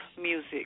music